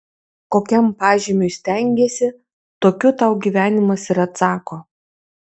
kokiam pažymiui stengiesi tokiu tau gyvenimas ir atsako